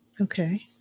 Okay